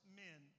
men